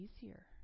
easier